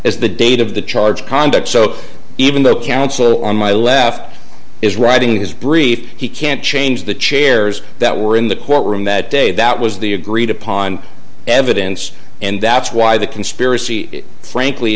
as the date of the charge conduct so even the counsel on my left is writing his briefs he can't change the chairs that were in the courtroom that day that was the agreed upon evidence and that's why the conspiracy frankly